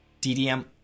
DDM